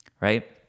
right